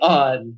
on